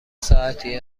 ساعتی